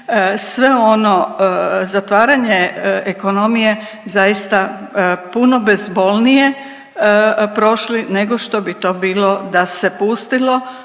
sve ono zatvaranje ekonomije zaista puno bezbolnije prošli nego što bi to bilo da se pustilo